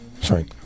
Sorry